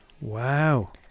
Wow